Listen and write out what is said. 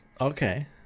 Okay